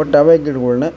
but ಅವೇ ಗಿಡಗಳ್ನ